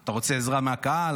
אתה רוצה עזרה מהקהל?